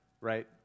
right